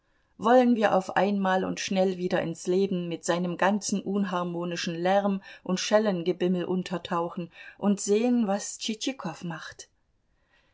wollen wir auf einmal und schnell wieder ins leben mit seinem ganzen unharmonischen lärm und schellengebimmel untertauchen und sehen was tschitschikow macht